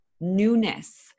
newness